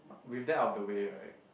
with that out of the way right